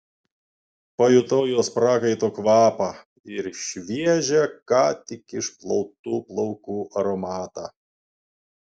pajutau jos prakaito kvapą ir šviežią ką tik išplautų plaukų aromatą